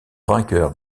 vainqueur